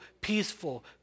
peaceful